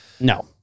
No